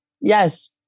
Yes